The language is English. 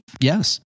Yes